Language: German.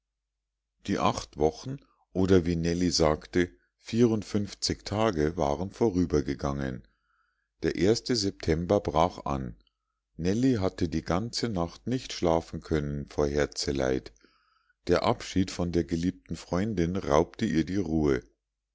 die acht wochen oder wie nellie sagte vierundfünfzig tage waren vorübergegangen der erste september brach an nellie hatte die ganze nacht nicht schlafen können vor herzeleid der abschied von der geliebten freundin raubte ihr die ruhe